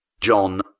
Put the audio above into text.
John